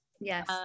Yes